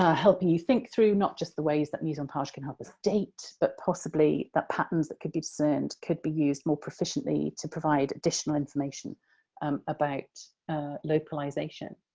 ah helping you think through not just the ways that mise-en-page can help us date but possibly that patterns that could be discerned could be used more proficiently to provide additional information um about localization,